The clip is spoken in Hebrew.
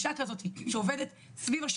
אצלנו מכבדים גם נשים.